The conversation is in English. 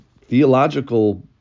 theological